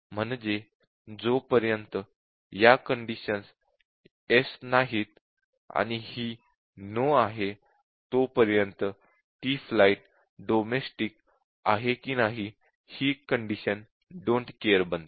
म्हणजे जोपर्यंत या कंडिशन्स येस नाहीत आणि हि नो आहे तोपर्यंत ती फ्लाइट डोमेस्टिक आहे की नाही हि कंडिशन डोन्ट केअर बनते